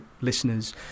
listeners